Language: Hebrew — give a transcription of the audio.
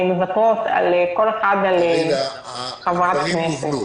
כל אחת על חברת כנסת.